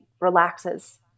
relaxes